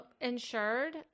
insured